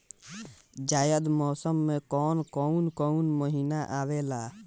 जायद मौसम में कौन कउन कउन महीना आवेला?